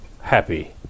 happy